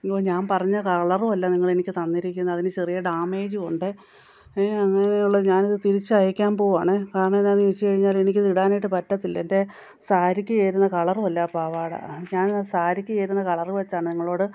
അയ്യോ ഞാൻ പറഞ്ഞ കളറുമല്ല നിങ്ങളെനിക്ക് തന്നിരിക്കുന്നത് അതിനു ചെറിയ ഡാമേജുമുണ്ട് ഉള്ള ഞാനത് തിരിച്ചയക്കാൻ പോകാണേ കാരണം എന്നായെന്നു ചോദിച്ചു കഴിഞ്ഞാൽ എനിക്കത് ഇടാനായിട്ടു പറ്റത്തില്ല എൻ്റെ സാരിക്ക് ചേരുന്ന കളറുമല്ല ആ പാവാട ഞാനാ സാരിക്ക് ചേരുന്ന കളർ വെച്ചാണ് നിങ്ങളോട്